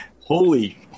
Holy